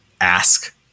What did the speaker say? ask